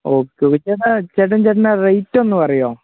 okay പിന്നെ ചേട്ടാ ചേട്ടൻ ചേട്ടൻറ്റെ റേറ്റൊന്ന് പറയുമോ